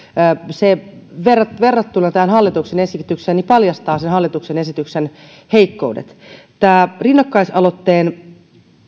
se verrattuna tähän hallituksen esitykseen paljastaa hallituksen esityksen heikkoudet rinnakkaisaloitteen